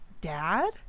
Dad